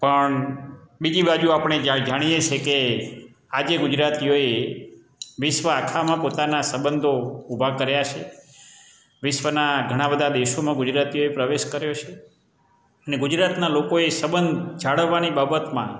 પણ બીજી બાજુ આપણે જાણીએ છીએ કે આજે ગુજરાતીઓએ વિશ્વ આખામાં પોતાના સબંધો ઊભા કર્યા છે વિશ્વના ઘણા બધા દેશોમાં ગુજરાતીઓએ પ્રવેશ કર્યો છે અને ગુજરાતનાં લોકોએ સબંધ જાળવવાની બાબતમાં